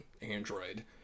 android